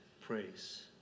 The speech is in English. praise